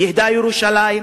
ייהדה את ירושלים,